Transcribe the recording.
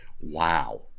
Wow